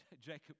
Jacob